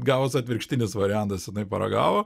gavos atvirkštinis variantas jinai paragavo